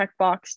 checkbox